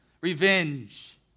revenge